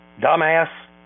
dumbass